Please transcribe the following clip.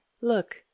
look